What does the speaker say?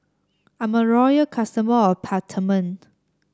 I'm a royal customer of Peptamen